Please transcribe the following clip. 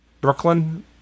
Brooklyn